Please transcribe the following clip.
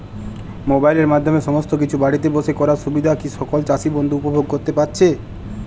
মোবাইলের মাধ্যমে সমস্ত কিছু বাড়িতে বসে করার সুবিধা কি সকল চাষী বন্ধু উপভোগ করতে পারছে?